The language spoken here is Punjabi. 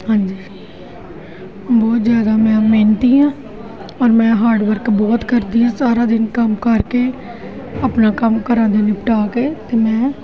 ਹਾਂਜੀ ਬਹੁਤ ਜ਼ਿਆਦਾ ਮੈਂ ਮਿਹਨਤੀ ਹਾਂ ਔਰ ਮੈਂ ਹਾਰਡ ਵਰਕ ਬਹੁਤ ਕਰਦੀ ਹਾਂ ਸਾਰਾ ਦਿਨ ਕੰਮ ਕਰਕੇ ਆਪਣਾ ਕੰਮ ਘਰਾਂ ਦੇ ਨਿਪਟਾ ਕੇ ਅਤੇ ਮੈਂ